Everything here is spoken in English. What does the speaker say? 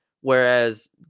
Whereas